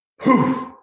poof